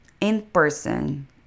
in-person